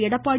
Edappadi